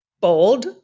Bold